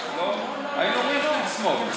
לא עוכרי ישראל ולא בוגדים,